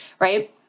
right